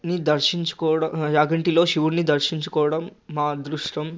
ని దర్శించుకోవడం యాగంటిలో శివుడ్ని దర్శించుకోవడం మా అదృష్టం